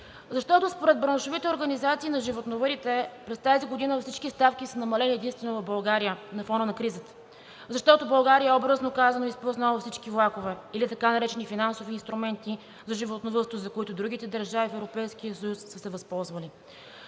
защото според браншовите организации на животновъдите през тази година всички ставки са намалени единствено в България на фона на кризата. Защото България, образно казано, е изпуснала всички влакове или така наречени финансови инструменти за животновъдство, за които другите държави в Европейския съюз са се възползвали.